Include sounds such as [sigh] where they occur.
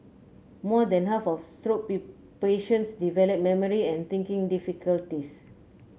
more than half of stroke [unintelligible] patients develop memory and thinking difficulties